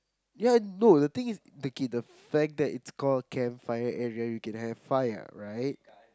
ya no the thing is okay the fact that it is called camp fire area and we can have fire right